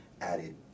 added